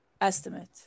Estimate